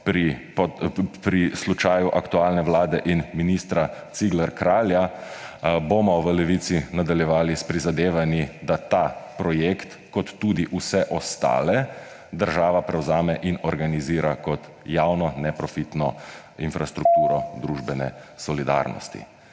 pri slučaju aktualne vlade in ministra Ciglerja Kralja bomo v Levici nadaljevali s prizadevanji, da ta projekt, kot tudi vse ostale, država prevzame in organizira kot javno neprofitno infrastrukturo družbene solidarnosti.